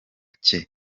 cye